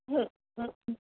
હમ હમ